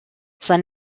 sein